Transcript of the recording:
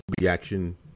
reaction